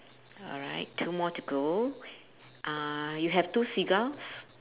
alright two more to go uh you have two seagulls